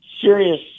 serious